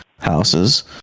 houses